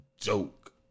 joke